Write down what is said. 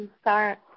start